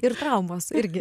ir traumos irgi